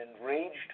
enraged